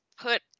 put